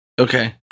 Okay